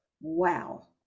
Wow